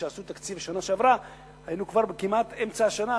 כשעשו תקציב בשנה שעברה היינו כבר כמעט באמצע השנה,